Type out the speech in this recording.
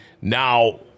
Now